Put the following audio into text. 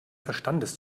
verstandes